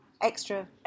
extra